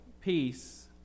peace